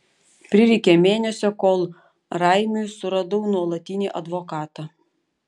prireikė mėnesio kol raimiui suradau nuolatinį advokatą